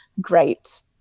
great